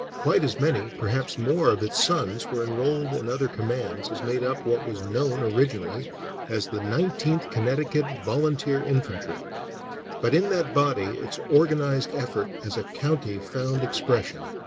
quite as many, perhaps more, of its sons were enrolled in other commands as made up what was known originally as the nineteenth connecticut volunteer infantry but in that body its organized effort as a county found expression,